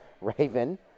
Raven